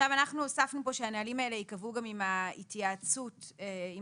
אנחנו הוספנו כאן שהנהלים האלה ייקבעו גם ההתייעצות עם